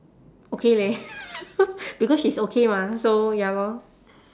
okay leh because she's okay mah so ya lor